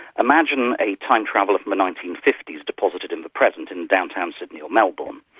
imagine a time traveller of the nineteen fifty s deposited in the present in downtown sydney or melbourne.